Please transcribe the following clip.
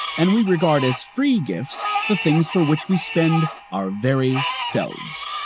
and we regard as free gifts the things for which we spend our very selves.